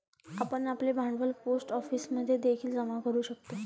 आपण आपले भांडवल पोस्ट ऑफिसमध्ये देखील जमा करू शकता